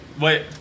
wait